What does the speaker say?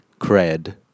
cred